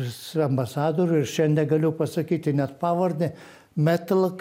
pas ambasadorių ir šiandien galiu pasakyti net pavardę metlak